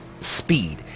speed